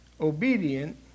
obedient